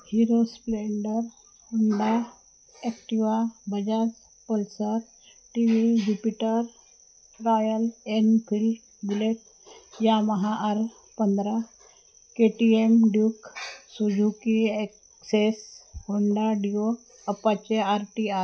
hero Splendor Honda Activa Bajaj Pulsar T V Jupiter Royal Enfield Bullet Yamaha R पंधरा K T M Duke Suzuki Access Honda Dio Apache R T आ